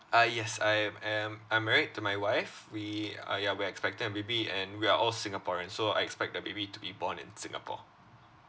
ah yes I am I am I'm married to my wife we ah ya we're expecting a baby and we are all singaporean so I expect the baby to be born in singapore